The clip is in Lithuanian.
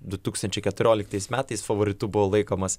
du tūkstančiai keturioliktais metais favoritu buvo laikomas